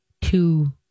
two